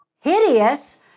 hideous